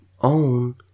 own